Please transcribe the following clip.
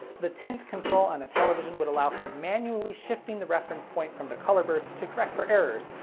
the tint control on a television would allow for manually shifting the reference point from the color burst to correct for errors,